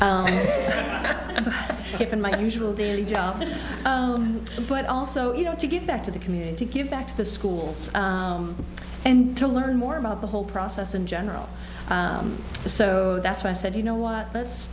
from my usual daily job but also you know to give back to the community to give back to the schools and to learn more about the whole process in general so that's why i said you know what let's